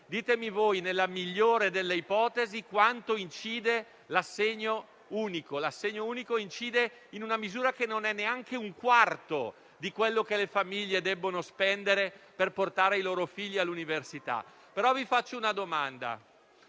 ditemi voi, nella migliore delle ipotesi, quanto incide l'assegno unico: incide in una misura che non è neanche un quarto di ciò che le famiglie devono spendere per portare i loro figli all'università. Però vi faccio una domanda: